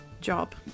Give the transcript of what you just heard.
job